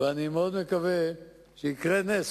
ואני מאוד מקווה שיקרה נס,